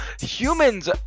Humans